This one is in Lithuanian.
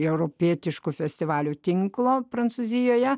europietiškų festivalių tinklo prancūzijoje